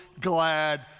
glad